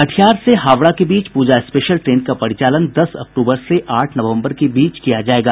कटिहार से हावड़ा के बीच पूजा स्पेशल ट्रेन का परिचालन दस अक्टूबर से आठ नवंबर के बीच किया जाएगा